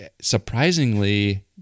surprisingly